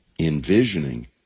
envisioning